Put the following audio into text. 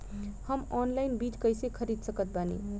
हम ऑनलाइन बीज कइसे खरीद सकत बानी?